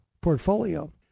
portfolio